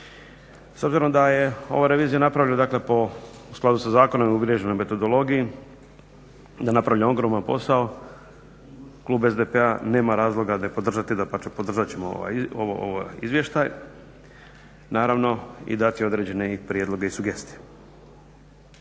S obzirom da je ova revizija napravljena dakle po, u skladu sa zakonom i uvriježenoj metodologiji, da je napravljen ogroman posao klub SDP-a nema razloga ne podržati, dapače podržat ćemo ovaj izvještaj, naravno i dati određene i prijedloge i sugestije.